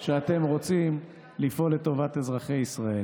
שאתם רוצים לפעול לטובת אזרחי ישראל.